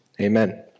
Amen